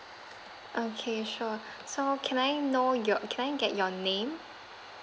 okay sure so can I know your can I get your name